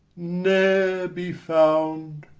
ne'er be found!